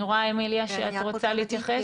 אני רואה, אמיליה, שאת רוצה להתייחס.